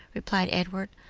replied edward,